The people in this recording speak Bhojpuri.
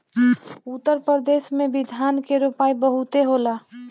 उत्तर प्रदेश में भी धान के रोपाई बहुते होला